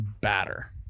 batter